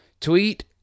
Tweet